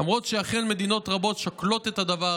למרות שאכן מדינות רבות שוקלות את הדבר